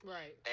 Right